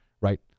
right